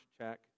check